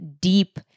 deep